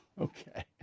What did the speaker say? Okay